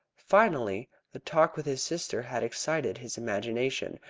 finally the talk with his sister had excited his imagination,